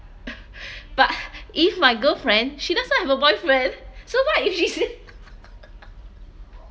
but if my girlfriend she doesn't have a boyfriend so what is she s~